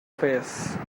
face